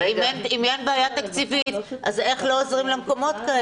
אם אין בעיה תקציבית אז איך לא עוזרים למקומות כאלו?